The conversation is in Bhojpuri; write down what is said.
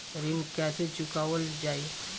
ऋण कैसे चुकावल जाई?